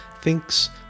thinks